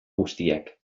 guztiak